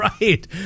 Right